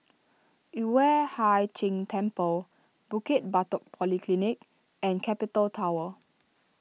Yueh Hai Ching Temple Bukit Batok Polyclinic and Capital Tower